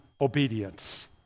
obedience